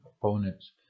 opponent's